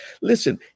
listen